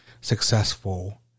successful